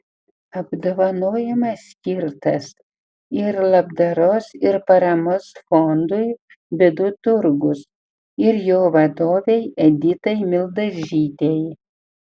apdovanojimas skirtas ir labdaros ir paramos fondui bėdų turgus ir jo vadovei editai mildažytei